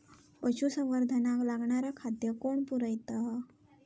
पशुसंवर्धनाक लागणारा खादय कोण पुरयता?